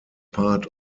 part